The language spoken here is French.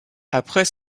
après